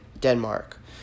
Denmark